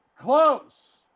Close